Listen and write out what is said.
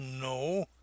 no